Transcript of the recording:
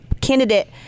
candidate